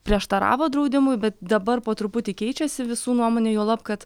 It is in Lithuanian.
prieštaravo draudimui bet dabar po truputį keičiasi visų nuomonė juolab kad